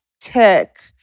tick